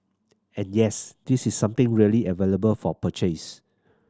and yes this is something really available for purchase